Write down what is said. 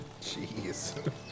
Jeez